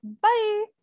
bye